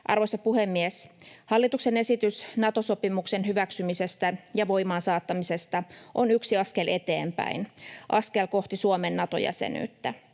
Arvoisa puhemies! Hallituksen esitys Nato-sopimuksen hyväksymisestä ja voimaansaattamisesta on yksi askel eteenpäin, askel kohti Suomen Nato-jäsenyyttä.